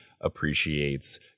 appreciates